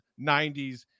90s